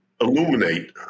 illuminate